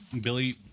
Billy